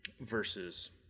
Versus